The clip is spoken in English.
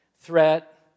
threat